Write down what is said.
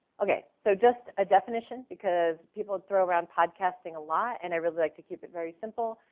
okay, so just a definition because people throw around podcasting a lot and i really like to keep it very simple.